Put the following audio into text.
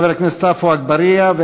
חבר הכנסת עפו אגבאריה,